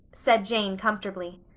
said jane comfortably.